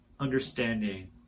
understanding